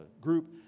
group